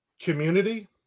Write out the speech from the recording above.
community